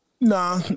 Nah